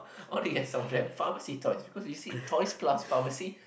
all the rest of them pharmacy toys because you see toys plus pharmacy